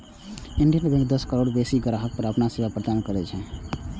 Indian bank दस करोड़ सं बेसी ग्राहक कें अपन सेवा प्रदान करै छै